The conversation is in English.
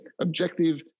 objective